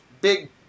big